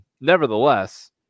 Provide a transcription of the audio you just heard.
nevertheless